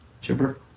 Chipper